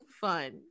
fun